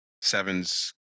sevens